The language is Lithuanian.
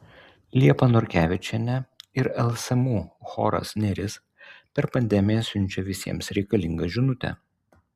liepa norkevičienė ir lsmu choras neris per pandemiją siunčia visiems reikalingą žinutę